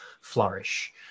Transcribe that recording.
flourish